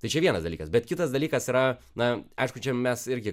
tai čia vienas dalykas bet kitas dalykas yra na aišku mes irgi